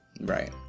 right